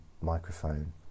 microphone